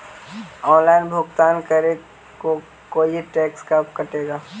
Online भुगतान करे को कोई टैक्स का कटेगा?